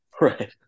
Right